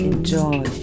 Enjoy